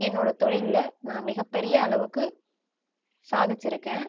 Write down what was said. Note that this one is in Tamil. என்னோட தொழிலில் நான் மிகப்பெரிய அளவுக்கு சாதித்திருக்கேன்